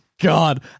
God